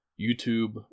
YouTube